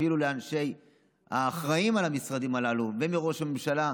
אפילו לאחראים במשרדים הללו ולראש הממשלה,